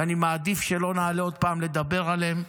ואני מעדיף שלא נעלה עוד פעם לדבר עליהם,